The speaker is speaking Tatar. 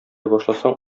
башласаң